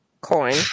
coin